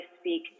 speak